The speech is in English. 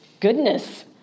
goodness